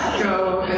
go